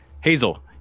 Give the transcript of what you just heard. Hazel